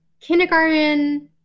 kindergarten